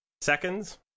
seconds